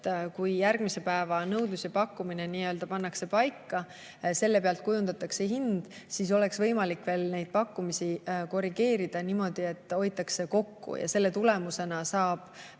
kui järgmise päeva nõudlus ja pakkumine pannakse paika ja selle pealt kujundatakse hind, siis oleks võimalik neid pakkumisi korrigeerida niimoodi, et hoitakse kokku ja selle tulemusena saab